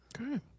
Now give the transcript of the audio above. Okay